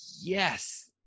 yes